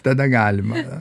tada galima